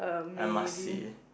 I must say